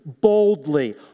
boldly